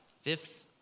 fifth